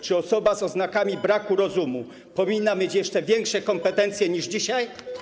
Czy osoba z oznakami braku rozumu powinna mieć jeszcze większe kompetencje niż dzisiaj?